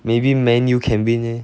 maybe man U can win leh